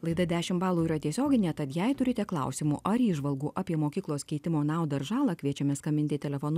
laida dešimt balų yra tiesioginė tad jei turite klausimų ar įžvalgų apie mokyklos keitimo naudą ir žalą kviečiami skambinti telefonu